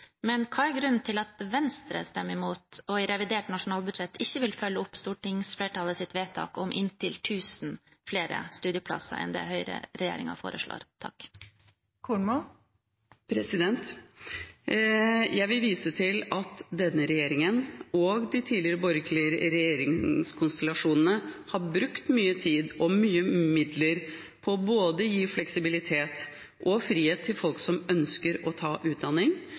men hva er grunnen til at Venstre stemmer imot og i revidert nasjonalbudsjett ikke vil følge opp stortingsflertallets vedtak om inntil 1 000 flere studieplasser enn det Høyre-regjeringen foreslår? Jeg vil vise til at denne regjeringen og de tidligere borgerlige regjeringskonstellasjonene har brukt mye tid og mye midler på å gi både fleksibilitet og frihet til folk som ønsker å ta utdanning.